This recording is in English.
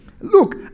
look